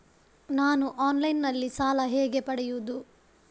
ನಾನು ಆನ್ಲೈನ್ನಲ್ಲಿ ಸಾಲ ಹೇಗೆ ಪಡೆಯುವುದು?